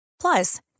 Plus